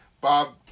Bob